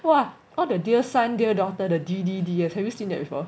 !wah! all the dear son dear daughter the d d d s have you seen that before